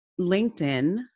LinkedIn